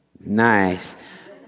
Nice